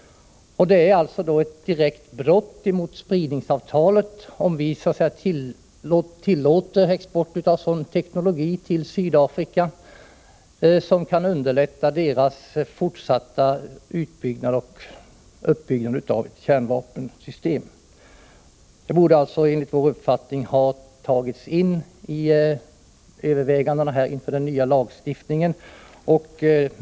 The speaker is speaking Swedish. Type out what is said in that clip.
Det är då ett direkt brott mot icke-spridningsavtalet, om vi tillåter export av sådan teknologi som kan underlätta Sydafrikas fortsatta uppbyggnad av ett kärnvapensystem. Det borde enligt vår uppfattning ha tagits in i övervägandena inför den nya lagstiftningen.